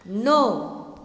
नौ